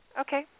Okay